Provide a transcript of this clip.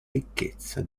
ricchezza